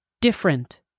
different